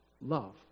love